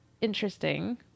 interesting